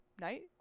night